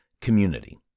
community